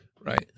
Right